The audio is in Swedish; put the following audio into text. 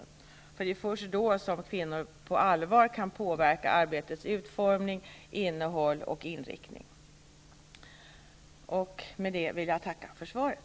Det är ju först när detta är uppnått som kvinnor på allvar kan påverka arbetets utformning, innehåll och inriktning. Med detta vill jag tacka för svaret.